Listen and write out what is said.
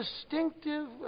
distinctive